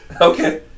Okay